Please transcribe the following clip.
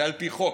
זה על פי חוק.